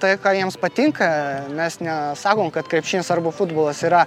tai ką jiems patinka mes ne sakom kad krepšinis arba futbolas yra